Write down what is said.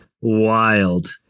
Wild